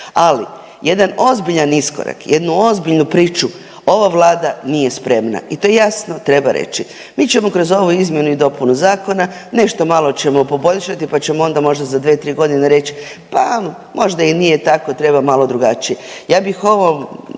Ali jedan ozbiljan iskorak, jednu ozbiljnu priču ova vlada nije spremna i to jasno treba reći. Mi ćemo kroz ovu izmjenu i dopunu zakona nešto malo ćemo poboljšati pa ćemo onda za 2-3 godine reći pa možda i nije tako treba malo drugačije. Ja bih ovo,